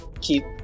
keep